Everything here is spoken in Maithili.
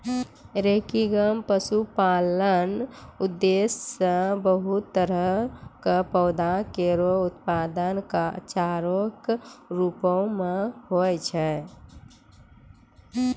रैंकिंग म पशुपालन उद्देश्य सें बहुत तरह क पौधा केरो उत्पादन चारा कॅ रूपो म होय छै